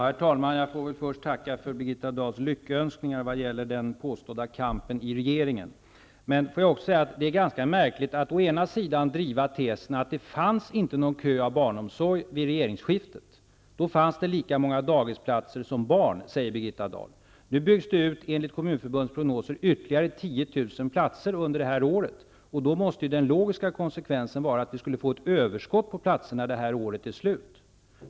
Herr talman! Jag får väl först tacka för Birgitta Dahls lyckönskningar vad gäller den påstådda kampen i regeringen. Låt mig också säga att det är ganska märkligt att Birgitta Dahl driver tesen att det inte fanns någon kö efter barnomsorg vid regeringsskiftet. Då fanns det lika många dagisplatser som barn, säger Birgitta platser, och då måste den logiska konsekvensen vara att vi skulle få ett överskott på platser när det här året är slut.